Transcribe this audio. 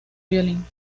violín